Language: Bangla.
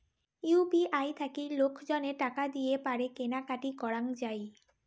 ইউ.পি.আই থাকি লোকজনে টাকা দিয়ে পারে কেনা কাটি করাঙ যাই